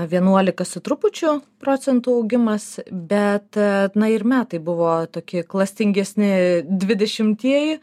vienuolika su trupučiu procentų augimas bet na ir metai buvo tokie klastingesni dvidešimtieji